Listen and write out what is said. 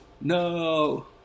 no